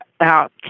out